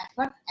effort